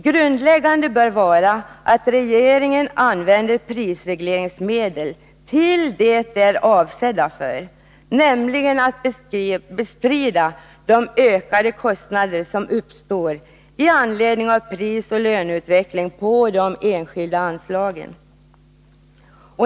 Grundläggande bör vara, att regeringen använder prisregleringsmedel till det som dessa är avsedda för, nämligen att bestrida de ökade kostnader som uppstår i anledning av prisoch löneutvecklingen på de skilda anslagen.